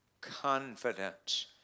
confidence